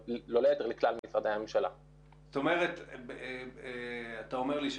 כלומר, זו אמירה מאוד